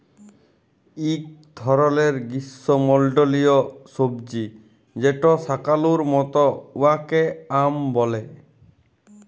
ইক ধরলের গিস্যমল্ডলীয় সবজি যেট শাকালুর মত উয়াকে য়াম ব্যলে